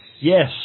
Yes